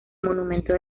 monumento